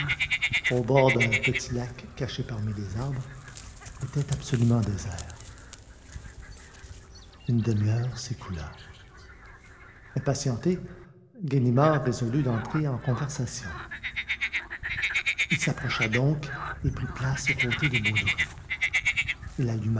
au bord d'un petit lac caché parmi les arbres était absolument désert une demi-heure s'écoula impatienté ganimard résolut d'entrer en conversation il s'approcha donc et prit place aux côtés de